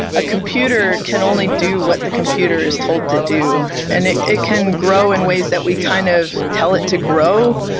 a computer can only do what the computer is told to do. and it it can grow in ways that we kind of tell it to grow,